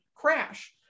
crash